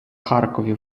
харкові